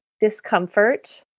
discomfort